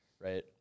right